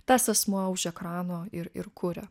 tas asmuo už ekrano ir ir kuria